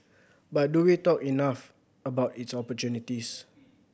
but do we talk enough about its opportunities